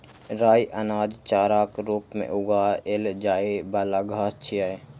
राइ अनाज, चाराक रूप मे उगाएल जाइ बला घास छियै